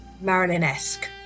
Marilyn-esque